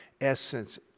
essence